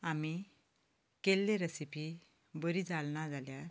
आमी केल्ली रेसिपी बरी जालीना जाल्यार